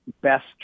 best